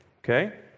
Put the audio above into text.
Okay